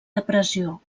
depressió